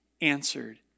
answered